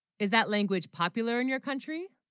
is that language popular in your country